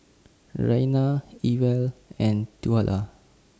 Raina Ewell and Twila